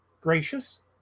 gracious